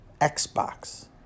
Xbox